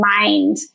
mind